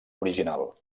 original